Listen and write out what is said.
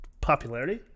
popularity